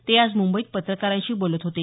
ते आज मुंबईत पत्रकारांशी बोलत होते